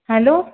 hello